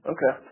Okay